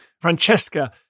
Francesca